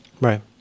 Right